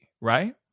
right